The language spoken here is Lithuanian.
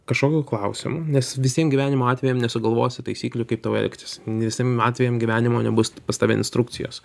kažkokių klausimų nes visiem gyvenimo atvejam nesugalvosi taisyklių kaip tau elgtis visiem atvejam gyvenimo nebus pas tave instrukcijos